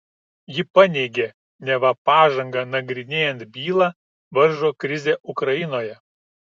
ji paneigė neva pažangą nagrinėjant bylą varžo krizė ukrainoje